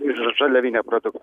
iš žaliavinio produkt